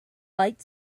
light